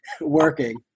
working